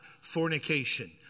Fornication